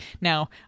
Now